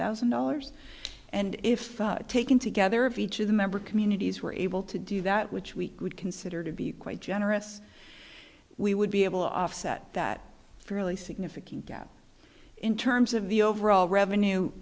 thousand dollars and if taken together of each of the member communities were able to do that which we would consider to be quite generous we would be able offset that fairly significant gap in terms of the overall revenue